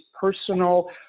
personal